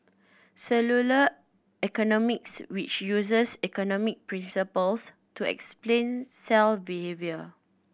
cellular economics which uses economic principles to explain cell behaviour